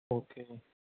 okay